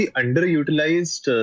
underutilized